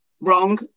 wrong